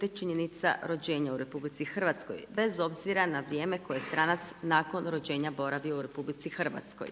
te činjenica rođenja u RH bez obzira na vrijeme koje stranac nakon rođenja boravi u RH.